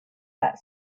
that